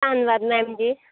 ਧੰਨਵਾਦ ਮੈਮ ਜੀ